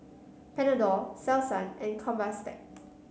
Panadol Selsun and Convatec